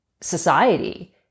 society